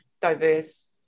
diverse